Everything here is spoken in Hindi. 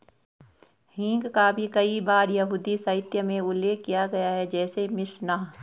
हींग का भी कई बार यहूदी साहित्य में उल्लेख किया गया है, जैसे मिशनाह